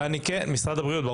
ברור, משרד הבריאות.